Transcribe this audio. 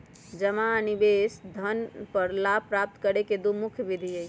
जमा आ निवेश धन पर लाभ प्राप्त करे के दु मुख्य विधि हइ